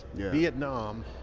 vietnam.